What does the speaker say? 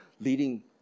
leading